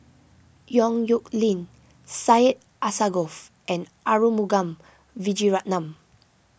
Yong Nyuk Lin Syed Alsagoff and Arumugam Vijiaratnam